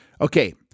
Okay